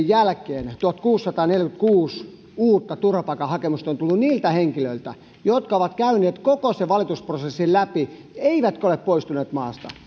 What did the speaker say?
jälkeen tuhatkuusisataaneljäkymmentäkuusi uutta turvapaikkahakemusta on tullut niiltä henkilöiltä jotka ovat käyneet koko sen valitusprosessin läpi eivätkä ole poistuneet maasta